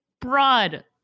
broad